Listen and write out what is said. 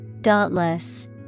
Dauntless